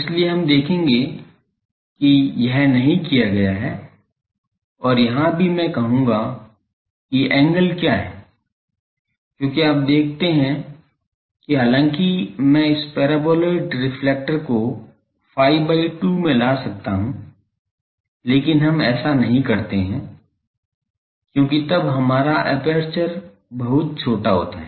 इसलिए हम देखेंगे कि यह नहीं किया गया है और यहां भी मैं कहूंगा कि एंगल क्या है क्योंकि आप देखते हैं कि हालांकि मैं इस पैराबोलॉइड रिफ्लेक्टर को phi by 2 में ला सकता हूं लेकिन हम ऐसा नहीं करते हैं क्योंकि तब हमारा एपर्चर बहुत छोटा हो जाता है